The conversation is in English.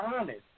honest